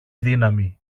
δύναμη